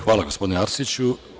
Hvala, gospodine Arsiću.